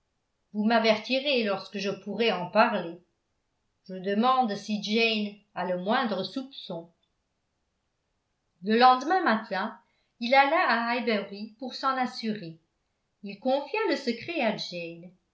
vous m'avertirez lorsque je pourrai en parler je demande si jane a le moindre soupçon le lendemain matin il alla à highbury pour s'en assurer il confia le secret à